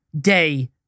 day